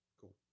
Cool